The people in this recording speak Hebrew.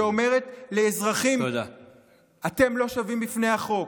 שאומרת לאזרחים: אתם לא שווים בפני החוק.